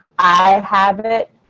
i have it.